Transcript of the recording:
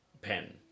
pen